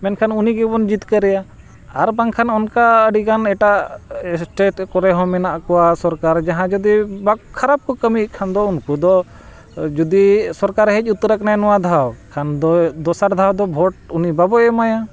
ᱢᱮᱱᱠᱷᱟᱱ ᱩᱱᱤᱜᱮᱵᱚᱱ ᱡᱤᱛᱠᱟᱹᱨᱮᱭᱟ ᱟᱨ ᱵᱟᱝᱠᱷᱟᱱ ᱚᱱᱠᱟ ᱟᱹᱰᱤ ᱜᱟᱱ ᱮᱴᱟᱜ ᱥᱴᱮᱴ ᱠᱚᱨᱮ ᱦᱚᱸ ᱢᱮᱱᱟᱜ ᱠᱚᱣᱟ ᱥᱚᱨᱠᱟᱨ ᱡᱟᱦᱟᱸ ᱡᱩᱫᱤ ᱵᱟᱠᱚ ᱠᱷᱟᱨᱟᱯ ᱠᱚ ᱠᱟᱹᱢᱤᱭᱮᱫ ᱠᱷᱟᱱ ᱫᱚ ᱩᱱᱠᱩ ᱫᱚ ᱡᱩᱫᱤ ᱥᱚᱨᱠᱟᱨᱮ ᱦᱮᱡ ᱩᱛᱟᱹᱨ ᱟᱠᱟᱱᱟ ᱱᱚᱣᱟ ᱫᱷᱟᱣ ᱠᱷᱟᱱ ᱫᱚ ᱫᱚᱥᱟᱨ ᱫᱷᱟᱣ ᱫᱚ ᱵᱷᱳᱴ ᱩᱱᱤ ᱵᱟᱵᱚᱱ ᱮᱢᱟᱭᱟ